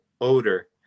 odor